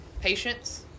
patience